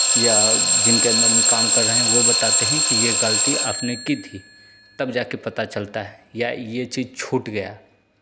या जिनके अंदर में काम कर रहे हैं वो बताते हैं कि ये गलती आपने की थी तब जाके पता चलता है या ये चीज़ छूट गया